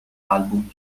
album